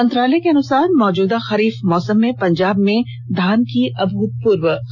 मंत्रालय के अनुसार मौजूदा खरीफ मौसम में पंजाब में धान की अभूतपूर्व खरीद हुई है